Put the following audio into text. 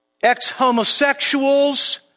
ex-homosexuals